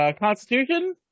Constitution